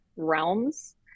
realms